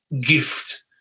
gift